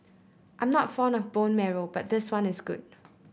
I'm not fond of bone marrow but this one is good